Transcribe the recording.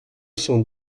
cent